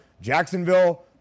Jacksonville